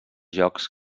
jocs